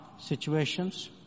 situations